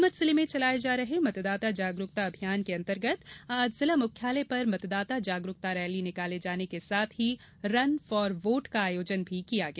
नीमच जिले में चलाये जा रहे मतदाता जागरूकता अभियान के अंतर्गत आज जिला मुख्यालय पर मतदाता जागरूकता रैली निकाले जाने के साथ ही रन फॉर वोट का आयोजन भी किया गया